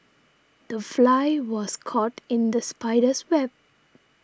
the fly was caught in the spider's web